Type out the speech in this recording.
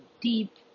deep